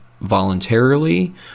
voluntarily